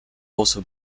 also